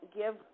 give